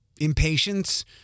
impatience